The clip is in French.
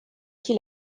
qui